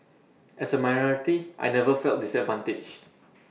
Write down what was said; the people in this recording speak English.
as A minority I never felt disadvantaged